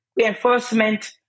reinforcement